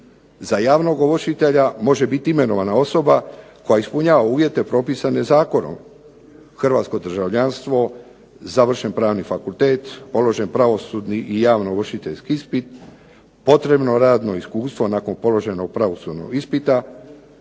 Za javnog ovršitelja može biti imenovana osoba koja ispunjava uvjete propisane zakonom, hrvatsko državljanstvo, završen pravni fakultet, položen pravosudni i javno ovršiteljski ispit, potrebno radno iskustvo nakon položenog pravosudnog ispita.